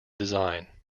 design